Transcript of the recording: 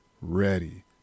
ready